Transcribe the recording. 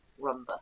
rumba